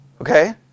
Okay